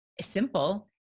simple